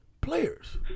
players